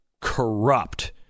corrupt